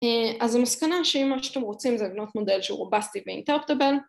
אז המסקנה שאם מה שאתם רוצים זה לבנות מודל שהוא רובסטי ו-interpretable